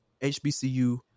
HBCU